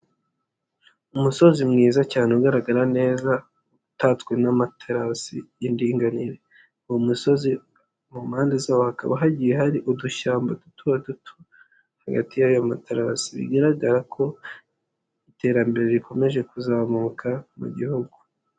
Umusozi mwiza cyane, ugaragara neza, utatswe n'amaterasi y'indinganire. Uwo musozi mu mpande zawo hakaba hagiye hari udushyamba duto duto, hagati y'ayo matarasi, bigaragara ko iterambere rikomeje kuzamuka mu gihugu.